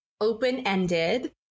open-ended